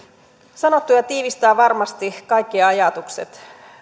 sanottu ja tiivistää varmasti kaikkien ajatukset